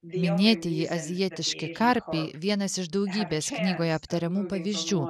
minėtieji azijietiški karpiai vienas iš daugybės knygoje aptariamų pavyzdžių